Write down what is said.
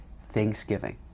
Thanksgiving